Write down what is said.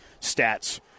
stats